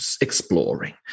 exploring